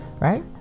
right